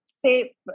say